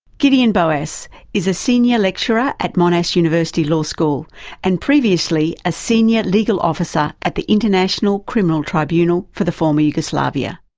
gideon boas is a senior lecturer at monash university law school and previously a senior legal officer at the international criminal tribunal for the former yugoslavia.